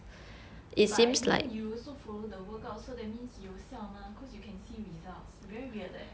but I mean you also follow the workout so that means 有效 mah cause you can see results very weird leh